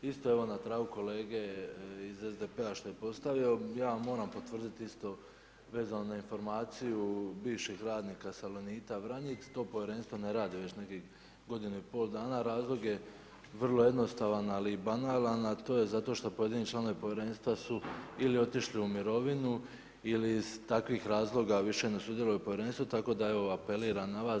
Vi ste evo na tragu kolege iz SDP-a što je postavio, ja moram potvrdit isto vezano na informaciju bivšeg radnika Salonita Vranjic, to Povjerenstvo ne radi već nekih godinu i pola dana, razlog je vrlo jednostavan ali banalan, a to je zato što pojedini članovi Povjerenstva su ili otišli u mirovinu, ili iz takvih razloga više ne sudjeluju u Povjerenstvu, tako da evo apeliram na vas.